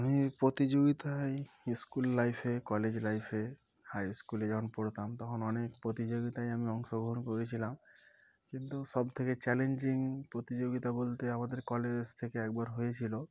আমি প্রতিযোগিতায় স্কুল লাইফে কলেজ লাইফে হাই স্কুলে যখন পড়তাম তখন অনেক প্রতিযোগিতায় আমি অংশগ্রহণ করেছিলাম কিন্তু সবথেকে চ্যালেঞ্জিং প্রতিযোগিতা বলতে আমাদের কলেজ থেকে একবার হয়েছিলো